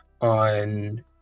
on